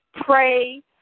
Pray